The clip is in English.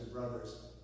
Brothers